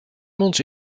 months